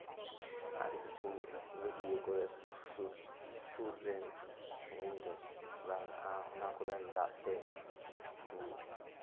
ᱟᱨ ᱠᱤᱪᱷᱩ ᱜᱟᱹᱰᱭᱟᱹ ᱠᱚᱨᱮᱫ ᱥᱩᱨ ᱨᱮ ᱥᱮ ᱥᱟᱺᱜᱤᱧ ᱨᱮ ᱛᱷᱚᱲᱟ ᱦᱮᱱᱟᱜᱼᱟ ᱚᱱᱟ ᱠᱚᱨᱮᱱᱟᱜ ᱫᱟᱜ ᱛᱮ ᱠᱚ